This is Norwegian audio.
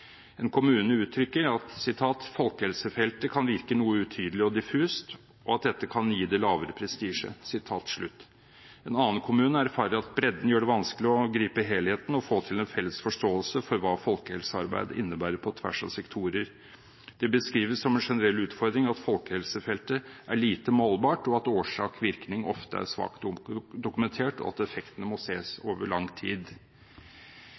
En kommune uttrykker at «folkehelsefeltet kan virke noe utydelig og diffust, og at dette kan gi det lavere prestisje.» En annen kommune erfarer at «bredden gjør det vanskelig å gripe helheten og få til en felles forståelse for hva folkehelsearbeid innebærer på tvers av sektorer.» Det beskrives som en generell utfordring at folkehelsefeltet er lite målbart, at årsak–virkning ofte er svakt dokumentert, og at effektene må ses over lang tid.